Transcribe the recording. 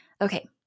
okay